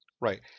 Right